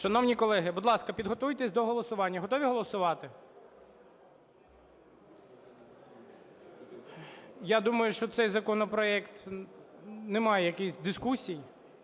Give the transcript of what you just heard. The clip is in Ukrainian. Шановні колеги, будь ласка, підготуйтесь до голосування. Готові голосувати? Я думаю, що цей законопроект не має якихось дискусій.